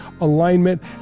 alignment